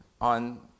on